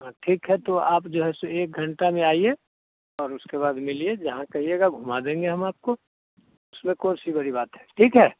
हाँ ठीक है तो आप जो है सो एक घंटे में आइए और उसके बाद मिलिए जहाँ कहिएगा घूमा देंगे हम आपको उसमें कौन सी बड़ी बात है ठीक है